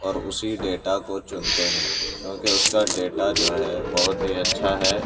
اور اسی ڈیٹا کو چنتے ہیں کیونکہ اس کا ڈیٹا جو ہے بہت ہی اچھا ہے